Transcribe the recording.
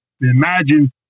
Imagine